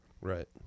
Right